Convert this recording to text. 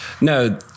No